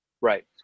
right